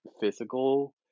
physical